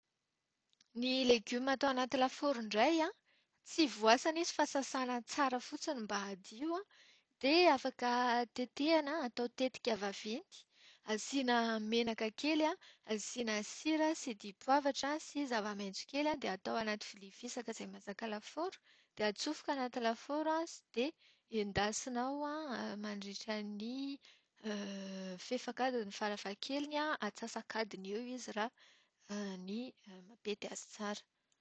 Ny legioma atao anaty lafaoro indray an, tsy voasana izy fa sasana tsara fotsiny mba hadio an, dia afaka tetehina atao tetika vaventy. Asiana menaka kely an, asiana sira sy dipavatra sy zava-maitso kely dia atao anaty vilia fisaka izay mahazaka lafaoro. Dia atsofoka anaty lafaoro dia endasina ao mandritran'ny fefak'adiny fara-fahakeliny an, atsasak'adiny eo izy raha ny mampety azy tsara.